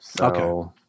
Okay